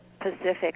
Pacific